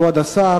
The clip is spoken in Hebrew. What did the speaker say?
כבוד השר,